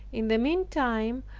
in the meantime,